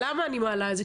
למה אני מעלה את זה?